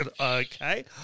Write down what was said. Okay